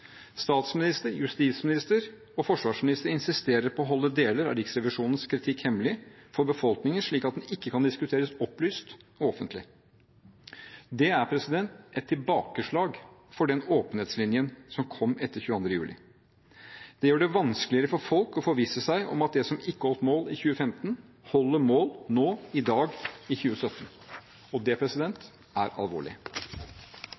Statsminister, justisminister og forsvarsminister insisterer på å holde deler av Riksrevisjonens kritikk hemmelig for befolkningen slik at den ikke kan diskuteres opplyst og offentlig. Det er et tilbakeslag for den åpenhetslinjen som kom etter 22. juli. Det gjør det vanskeligere for folk å forvisse seg om at det som ikke holdt mål i 2015, holder mål nå i dag, i 2017. Det